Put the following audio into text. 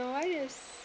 uh why you